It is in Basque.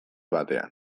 batean